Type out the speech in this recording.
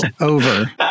over